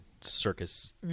circus